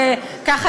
שככה,